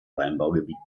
weinanbaugebiet